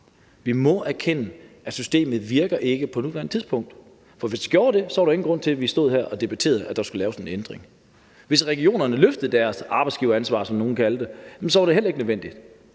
Vi må erkende, at systemet ikke virker på nuværende tidspunkt, for hvis det gjorde det, var der ingen grund til, at vi stod her og debatterede, at der skulle laves nogle ændringer. Hvis regionerne løftede deres arbejdsgiveransvar, som nogle kalder det, så ville det heller ikke være nødvendigt.